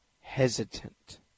hesitant